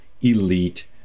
elite